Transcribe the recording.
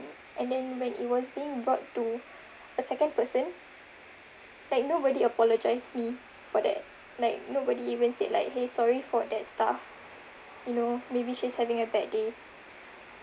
and then when it was being brought to a second person like nobody apologise me for that like nobody even said like !hey! sorry for that staff you know maybe she's having a bad day